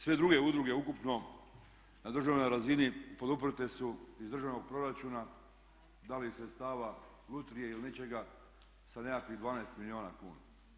Sve druge udruge ukupno na državnoj razini poduprte su iz državnog proračuna da li iz sredstava Lutrije ili nečega sa nekakvih 12 milijuna kuna.